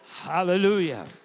Hallelujah